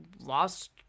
lost